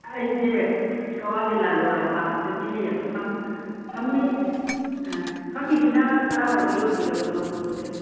ꯑꯩꯁꯦ ꯀꯛꯋꯥ ꯂꯤꯂꯥꯟꯗꯣ ꯂꯝꯄꯥꯛꯇꯒꯤꯅꯦ ꯑꯥ ꯐꯝꯃꯤꯁꯤꯅ ꯀꯔꯥꯏꯋꯥꯏꯗꯩ ꯑꯣꯏꯕꯤꯔꯕꯅꯣ